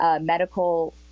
Medical